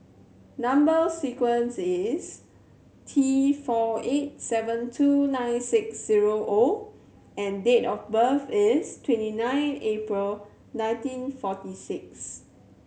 number sequence is T four eight seven two nine six zero O and date of birth is twenty nine April nineteen forty six